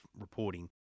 reporting